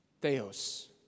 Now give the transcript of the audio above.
Theos